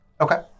Okay